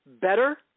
better